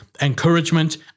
encouragement